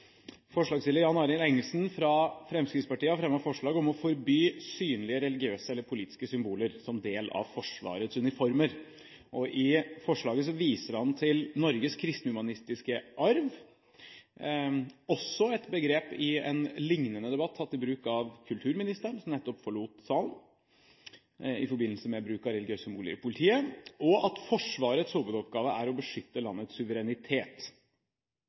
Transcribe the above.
Forslagsstiller Jan Arild Ellingsen, fra Fremskrittspartiet, har fremmet forslag om å forby synlige religiøse eller politiske symboler som del av Forsvarets uniformer. I forslaget viser han til Norges kristen-humanistiske arv. Det er også et begrep i en liknende debatt tatt i bruk av kulturministeren, som nettopp forlot salen, i forbindelse med bruk at religiøse symboler i politiet, og at Forsvarets hovedoppgave er å beskytte landets suverenitet.